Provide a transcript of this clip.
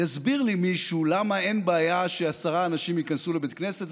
יסביר לי מישהו למה אין בעיה שעשרה אנשים ייכנסו לבית כנסת,